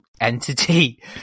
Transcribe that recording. entity